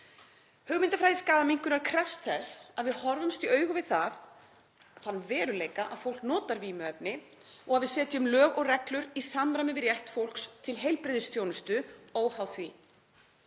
Hugmyndafræði skaðaminnkunar krefst þess að við horfumst í augu við þann veruleika að fólk notar vímuefni og að við setjum lög og reglur í samræmi við rétt fólks til heilbrigðisþjónustu óháð því.